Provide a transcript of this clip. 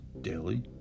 Daily